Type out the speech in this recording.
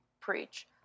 preach